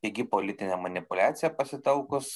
pigi politinė manipuliacija pasitelkus